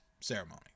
ceremony